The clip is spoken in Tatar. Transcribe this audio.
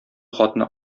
хатны